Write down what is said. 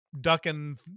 ducking